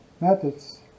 methods